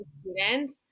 students